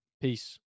Peace